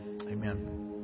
amen